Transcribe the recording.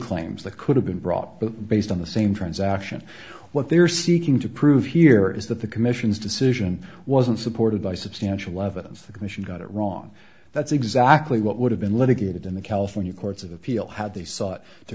claims that could have been brought but based in the same transaction what they're seeking to prove here is that the commission's decision wasn't supported by substantial evidence the commission got it wrong that's exactly what would have been litigated in the california courts of appeal had they sought to